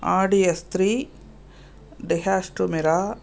ஆடி S three டி ஹேஷ்டோ மிரா